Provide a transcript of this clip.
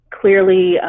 clearly